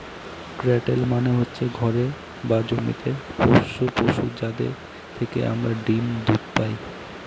cattle মানে হচ্ছে ঘরে বা জমিতে পোষ্য পশু, যাদের থেকে আমরা ডিম দুধ পায়